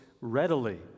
readily